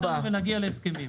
ונגיע להסכמים.